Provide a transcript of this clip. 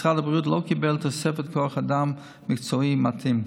משרד הבריאות לא קיבל תוספת כוח אדם מקצועי מתאים.